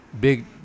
big